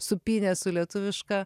supynė su lietuviška